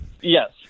Yes